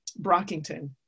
Brockington